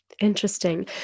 Interesting